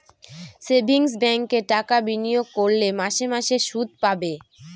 savings ব্যাঙ্কে টাকা বিনিয়োগ করলে মাসে মাসে শুদ পাবে